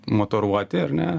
matoruoti ar ne